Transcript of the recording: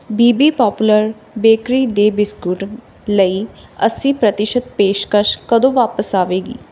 B B popular bakery ਦੇ biscuit ਲਈ ਅੱਸੀ ਪ੍ਰਤੀਸ਼ਤ ਪੇਸ਼ਕਸ਼ ਕਦੋਂ ਵਾਪਸ ਆਵੇਗੀ